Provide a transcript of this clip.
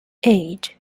eight